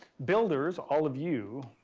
builders, all of you,